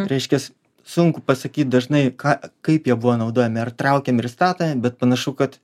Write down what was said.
reiškias sunku pasakyt dažnai ką kaip jie buvo naudojami ar traukiami ir statomi bet panašu kad